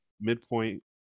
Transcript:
midpoint